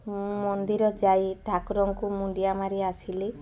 ଉଁ ମନ୍ଦିର ଯାଇ ଠାକୁରଙ୍କୁ ମୁଣ୍ଡିଆ ମାରି ଆସିଲି